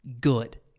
good